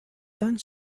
done